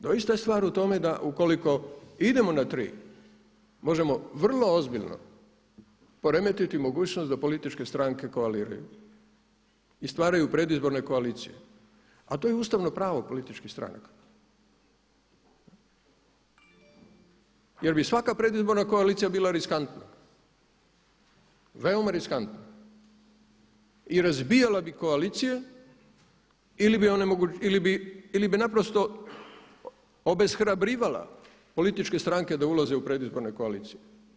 Doista je stvar u tome da ukoliko idemo na tri možemo vrlo ozbiljno poremetiti mogućnost da političke stranke koaliraju i stvaraju predizborne koalicije, a to je ustavno pravo političkih stranaka jer bi svaka predizborna koalicija bila riskantna, veoma riskantna i razbijala bi koalicije ili bi naprosto obeshrabrivala političke stranke da ulaze u predizborne koalicije.